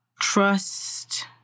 trust